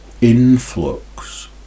influx